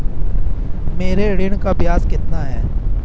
मेरे ऋण का ब्याज कितना है?